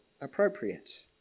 appropriate